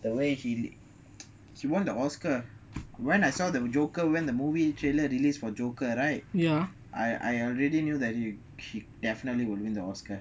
the way he he won the oscar when I saw the joker when the movie trailer released for joker right I I already knew that he definitely would win the oscar